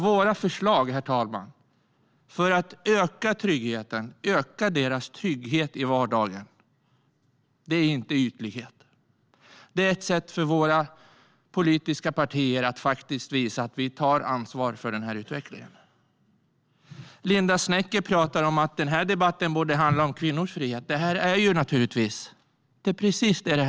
Våra förslag för att öka människors trygghet i vardagen är inte någon ytlighet, som de har kallats här. Det är ett sätt för våra politiska partier att visa att vi tar ansvar för utvecklingen. Linda Snecker talar om att den här debatten borde handla om kvinnors frihet. Det är ju precis det som den gör.